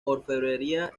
orfebrería